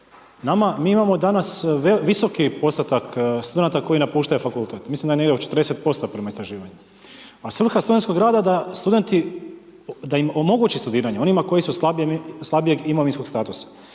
mi imamo danas visoki postotak studenata koji napuštaju fakultet. Mislim da je negdje oko 40% prema istraživanjima. A svrha studentskog rada da studenti, da im omogući studiranje, onima koji su slabijeg imovinskog statusa.